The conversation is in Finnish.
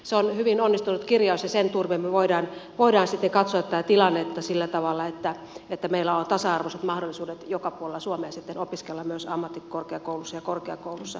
se on hyvin onnistunut kirjaus ja sen turvin me voimme sitten katsoa tämän tilanteen sillä tavalla että meillä on tasa arvoiset mahdollisuudet joka puolella suomea opiskella myös ammattikorkeakoulussa ja korkeakoulussa ylipäätänsä